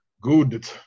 good